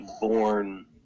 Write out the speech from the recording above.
born